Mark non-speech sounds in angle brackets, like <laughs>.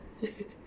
<laughs>